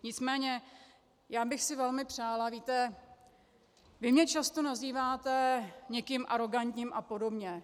Nicméně bych si velmi přála víte, vy mě často nazýváte někým arogantním a podobně.